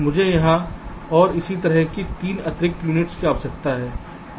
मुझे यहां और इसी तरह की 3 अतिरिक्त यूनिट्स की आवश्यकता है